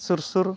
ᱥᱩᱨ ᱥᱩᱨ